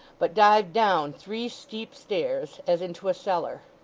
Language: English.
but dived down three steep stairs, as into a cellar.